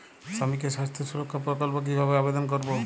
শ্রমিকের স্বাস্থ্য সুরক্ষা প্রকল্প কিভাবে আবেদন করবো?